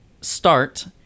start